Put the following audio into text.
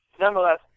nonetheless